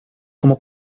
como